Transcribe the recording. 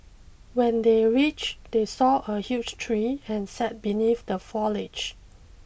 when they reached they saw a huge tree and sat beneath the foliage